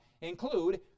include